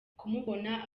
kumubona